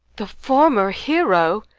the former hero!